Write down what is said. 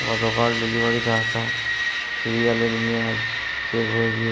গতকাল ডেলিভারিতে আসা সিরিয়ালের মেয়াদ শেষ হয়ে গিয়েছে